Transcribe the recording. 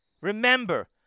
Remember